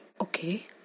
Okay